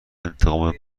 انتقام